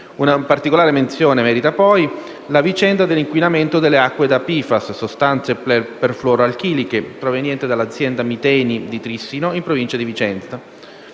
Una particolare menzione merita inoltre la vicenda dell'inquinamento delle acque da PFAS, sostanze perfluoroalchiliche, provenienti dalla azienda Miteni di Trissino in provincia di Vicenza.